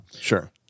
Sure